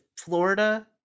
Florida